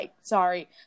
sorry